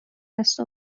دست